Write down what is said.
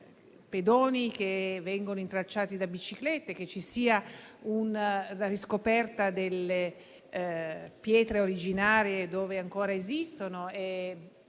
pedoni non vengano intralciati dalle biciclette e che ci sia la riscoperta delle pietre originarie, dove ancora esistono, e